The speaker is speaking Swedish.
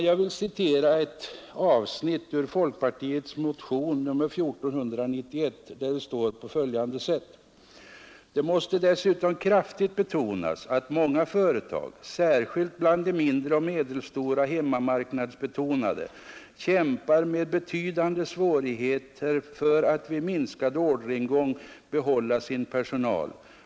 Jag vill citera ett avsnitt ur folkpartiets motion nr 1491: ”Det måste dessutom kraftigt betonas att många företag — särskilt bland de mindre och medelstora hemmamarknadsbetonade — kämpar med betydande svårigheter för att vid minskad orderingång behålla sin personal.